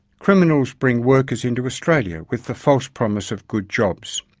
criminals bring workers into australia with the false promise of good jobs.